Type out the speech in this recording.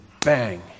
bang